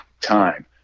time